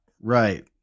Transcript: right